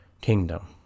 kingdom